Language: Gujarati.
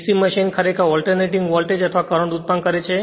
DC મશીન ખરેખર ઓલ્ટરનેટિંગ વોલ્ટેજ અથવા કરંટ ઉત્પન્ન કરે છે